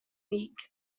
week